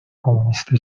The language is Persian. کمونیست